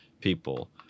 people